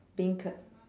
beancurd